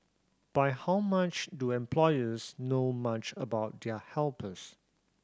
but how much do employers know much about their helpers